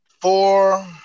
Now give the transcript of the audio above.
Four